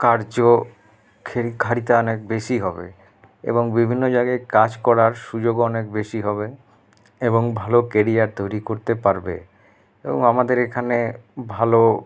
কার্য খেরি কারিতা অনেক বেশি হবে এবং বিভিন্ন জায়গায় কাজ করার সুযোগও অনেক বেশি হবে এবং ভালো কেরিয়ার তৈরি করতে পারবে এবং আমাদের এখানে ভালো